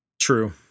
True